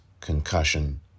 concussion